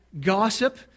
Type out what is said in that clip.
gossip